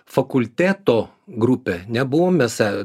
fakulteto grupė nebuvom mes